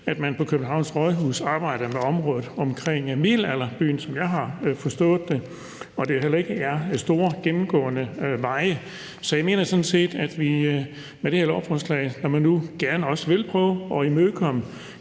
at man på Københavns Rådhus arbejder med området omkring middelalderbyen; sådan som jeg har forstået det. Det handler ikke om store gennemgående vej. Så jeg mener sådan set, at vi med det her lovforslag, når man nu også gerne vil prøve at imødekomme